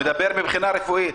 הוא מדבר מבחינה רפואית.